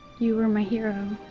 you were my hero.